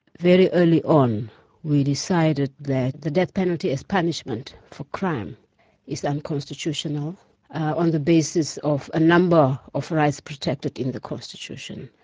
very early on we decided that the death penalty as punishment for crime is unconstitutional on the basis of a number of rights protected in the constitution,